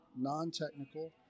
non-technical